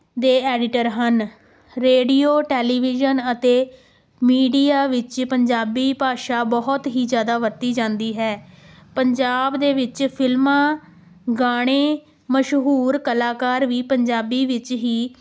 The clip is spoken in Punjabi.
ਦੇ ਐਡੀਟਰ ਹਨ ਰੇਡੀਓ ਟੈਲੀਵਿਜ਼ਨ ਅਤੇ ਮੀਡੀਆ ਵਿੱਚ ਪੰਜਾਬੀ ਭਾਸ਼ਾ ਬਹੁਤ ਹੀ ਜ਼ਿਆਦਾ ਵਰਤੀ ਜਾਂਦੀ ਹੈ ਪੰਜਾਬ ਦੇ ਵਿੱਚ ਫਿਲਮਾਂ ਗਾਣੇ ਮਸ਼ਹੂਰ ਕਲਾਕਾਰ ਵੀ ਪੰਜਾਬੀ ਵਿੱਚ ਹੀ